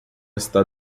está